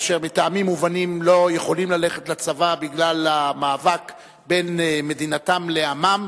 אשר מטעמים מובנים לא יכולים ללכת לצבא בגלל המאבק בין מדינתם לעמם,